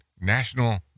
National